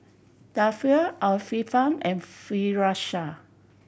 Dhia Alfian and Firash